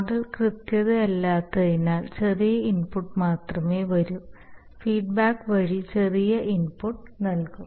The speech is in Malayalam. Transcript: മോഡൽ കൃത്യതയില്ലാത്തതിനാൽ ചെറിയ ഇൻപുട്ട് മാത്രമേ വരൂ ഫീഡ്ബാക്ക് വഴി ചെറിയ ഇൻപുട്ട് നൽകും